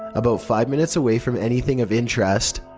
about five minutes away from anything of interest.